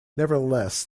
nevertheless